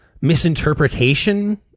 misinterpretation